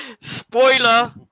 spoiler